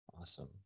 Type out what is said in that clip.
Awesome